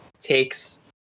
takes